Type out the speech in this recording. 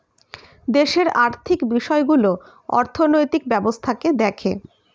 দেশের আর্থিক বিষয়গুলো অর্থনৈতিক ব্যবস্থাকে দেখে